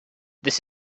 this